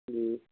جی